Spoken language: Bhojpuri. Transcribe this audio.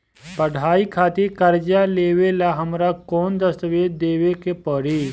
पढ़ाई खातिर कर्जा लेवेला हमरा कौन दस्तावेज़ देवे के पड़ी?